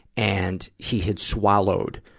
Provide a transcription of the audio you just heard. and he had swallowed,